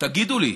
תגידו לי: